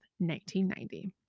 1990